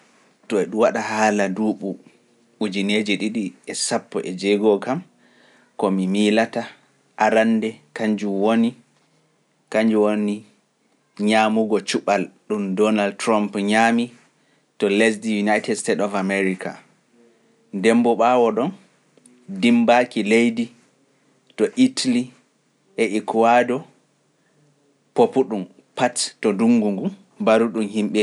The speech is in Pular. To e waɗa haala duuɓu ujineeji ɗiɗi e sappo e jeego kam, ko mi miilata arande kañjum woni ñaamugo cuɓal ɗum Donald Trump ñaami to lesdi United States of America. Demmboo ɓaawo ɗon dimmbaaki leydi to Itali e Ikuwado, popu ɗum pati to ndunngu ngu, mbaru ɗum yimɓe.